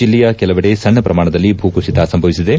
ಜಲ್ಲೆಯ ಕೆಲವೆಡೆ ಸಣ್ಣ ಪ್ರಮಾಣದಲ್ಲಿ ಭೂ ಕುಸಿತ ಸಂಭವಿಸಿದೆ